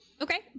Okay